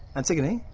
antigone.